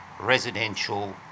residential